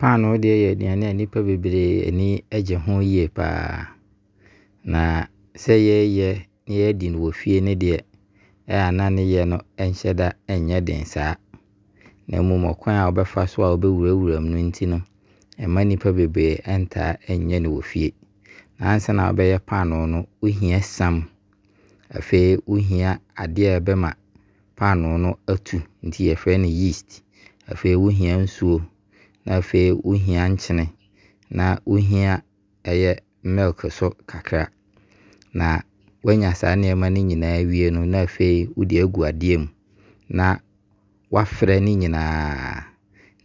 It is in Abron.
Panoo deɛ yɛ aduane a nipa bebree ani gye ho yie paa. Na sɛ yɛɛyɛ na yɛadi no wɔ fie no deɛ, ɛyɛ a na ne yɛ no nhyɛda ɛnyɛ den saa. Na mmom kwan wo bɛfa so a wo bɛ wurawura mu no nti no, ɛmma nipa bebree ntaa nyɛ no wɔ fie. Ansa na wobɛyɛ Panoo no wo hia sam, afei wo hia adeɛ a ɛbɛma Panoo no atu, yɛfrɛ no yeast. Wo hia nsuo. Afei wo hia nkyene. Na wo san hia milk nso kakra. Wo anya saa nnoɔma yi nyinaa awei no na afei wo de agu adeɛ mu. Na wɔafra ne nyinaa,